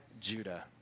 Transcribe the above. Judah